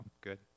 Good